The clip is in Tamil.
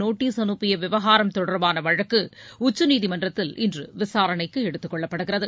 நோட்டீஸ் அனுப்பிய விவகாரம் தொடர்பான வழக்கு உச்சநீதிமன்றத்தில் இன்று விசாரணைக்கு எடுத்துக் கொள்ளப்படுகிறது